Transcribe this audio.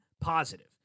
positive